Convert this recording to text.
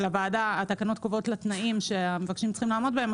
קובעות תנאים שהמבקשים צריכים לעמוד בהם,